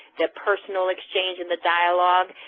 the personal exchange and the dialogue.